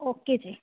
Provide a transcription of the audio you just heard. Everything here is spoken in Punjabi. ਓਕੇ ਜੀ